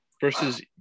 versus